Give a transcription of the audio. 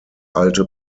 alte